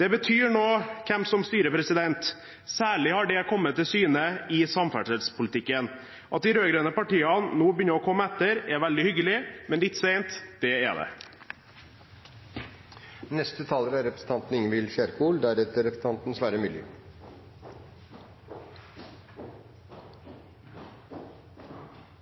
Det betyr noe hvem som styrer, og særlig har det kommet til syne i samferdselspolitikken. At de rød-grønne partiene nå begynner å komme etter, er veldig hyggelig – men litt sent, det er det.